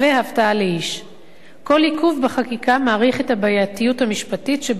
כל עיכוב בחקיקה מאריך את הבעייתיות המשפטית שבהפעלת התוכנית ללא חקיקה,